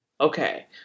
Okay